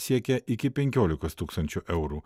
siekia iki penkiolikos tūkstančių eurų